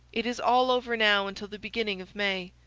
it is all over now until the beginning of may.